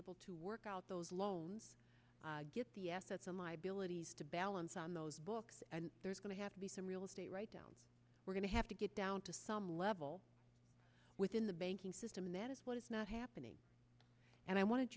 able to work out those loans get the assets and liabilities to balance on those books and there's going to have to be some real estate write down we're going to have to get down to some level within the banking system and it's not happening and i wanted